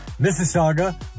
Mississauga